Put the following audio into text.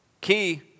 Key